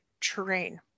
terrain